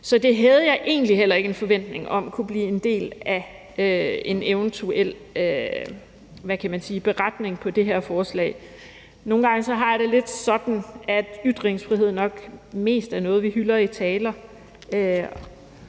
så det havde jeg egentlig heller ikke en forventning om kunne blive en del af en eventuel beretning på det her forslag. Nogle gange har jeg det lidt sådan, at ytringsfrihed nok mest er noget, vi hylder i taler,